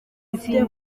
afite